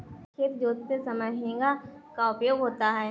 खेत जोतते समय हेंगा का उपयोग होता है